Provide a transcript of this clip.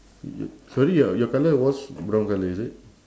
y~ sorry your your colour what's brown colour is it